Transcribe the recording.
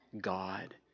God